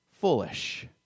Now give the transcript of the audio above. foolish